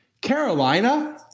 Carolina